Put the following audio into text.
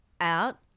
out